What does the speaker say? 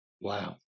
Wow